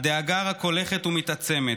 הדאגה רק הולכת ומתעצמת,